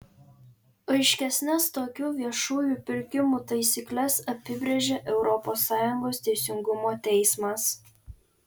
aiškesnes tokių viešųjų pirkimų taisykles apibrėžė europos sąjungos teisingumo teismas